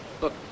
Look